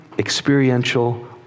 experiential